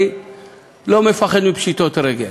אני לא מפחד מפשיטות רגל.